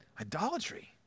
idolatry